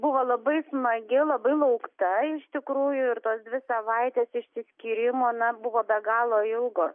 buvo labai smagi labai laukta iš tikrųjų ir tos dvi savaitės išsiskyrimo na buvo be galo ilgos